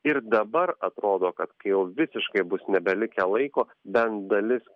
ir dabar atrodo kad jau visiškai bus nebelikę laiko bent dalis